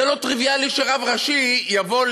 זה לא טריוויאלי שרב ראשי יבוא,